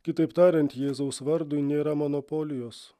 kitaip tariant jėzaus vardui nėra monopolijos